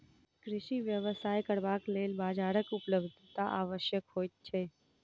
कृषि व्यवसाय करबाक लेल बाजारक उपलब्धता आवश्यक होइत छै